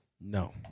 No